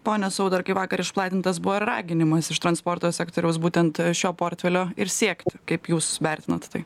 pone saudargai vakar išplatintas buvo ir raginimas iš transporto sektoriaus būtent šio portfelio ir siekti kaip jūs vertinat tai